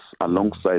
alongside